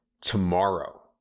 tomorrow